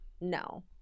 no